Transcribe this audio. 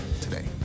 today